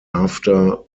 after